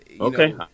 Okay